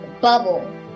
bubble